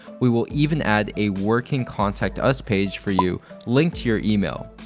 we will even add a working contact us page for you linked to your email.